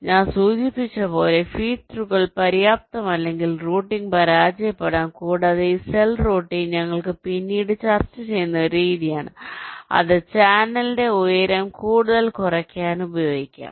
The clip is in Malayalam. അതിനാൽ ഞാൻ സൂചിപ്പിച്ചതുപോലെ ഫീഡ് ത്രൂകൾ പര്യാപ്തമല്ലെങ്കിൽ റൂട്ടിംഗ് പരാജയപ്പെടാം കൂടാതെ ഈ സെൽ റൂട്ടിംഗ് ഞങ്ങൾ പിന്നീട് ചർച്ച ചെയ്യുന്ന ഒരു രീതിയാണ് അത് ചാനലിന്റെ ഉയരം കൂടുതൽ കുറയ്ക്കാൻ ഉപയോഗിക്കാം